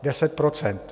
Deset procent.